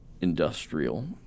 industrial